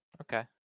okay